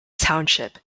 township